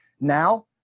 Now